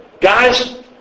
guys